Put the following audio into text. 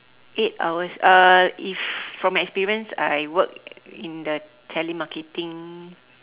eight hours uh if from experience I work in the telemarketing